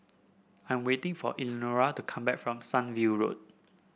I am waiting for Elenora to come back from Sunview Road